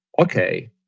okay